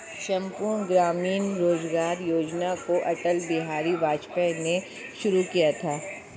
संपूर्ण ग्रामीण रोजगार योजना को अटल बिहारी वाजपेयी ने शुरू किया था